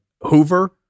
Hoover